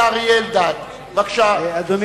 לחבר